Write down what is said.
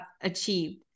achieved